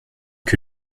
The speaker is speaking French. que